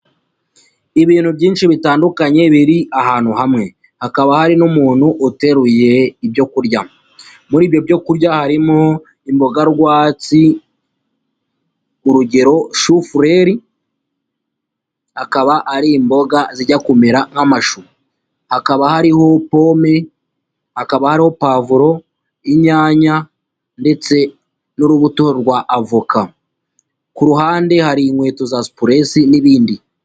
Ibintu byinshi bitandukanye biri ahantu hamwe, hakaba hari n'umuntu uteruye ibyo kurya, muri ibyo byo kurya harimo imboga rwatsi, urugero shufureri akaba ari imboga zijya kumera nk'amashu, hakaba hariho pome, hakaba hariho pavuro, inyanya, ndetse n'urubuto rwa avoka ku ruhande hari inkweto za spuress n'ibindi.